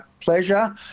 pleasure